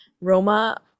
Roma